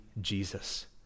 Jesus